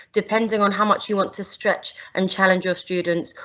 depending on how much you want to stretch and challenge your students,